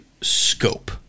scope